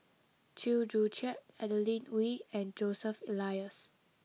Chew Joo Chiat Adeline Ooi and Joseph Elias